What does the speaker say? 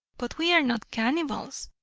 but we are not cannibals,